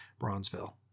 Bronzeville